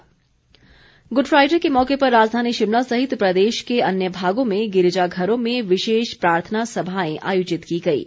good Friday good Friday के मौके पर राजधानी शिमला सहित प्रदेश के अन्य भागों में गिरिजाघरों में विशेष प्रार्थना सभाएं आयोजित की गईं